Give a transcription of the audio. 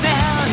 Now